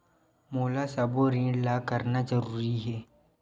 मोला सबो ऋण ला करना जरूरी हे?